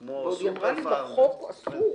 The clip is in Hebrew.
חוזי הלוואה שנכרתו ערב התחילה.